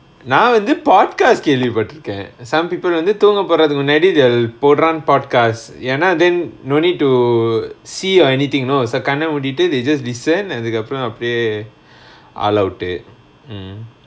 நா வந்து:naa vanthu podcast கேள்விபட்டிருகேன்:kaelvipattirukaen some people வந்து தூங்க போறதுக்கு முன்னாடி போடுறாங்க:vanthu thoonga porathukku munnaadi poduraanga podcast ஏனா:yaenaa then no need to see or anything you know கண்ண மூடிட்டு:kanna mooditu they just listen அதுக்கு அப்புறம் அப்புடியே:athukku appuram appudiyae all out mmhmm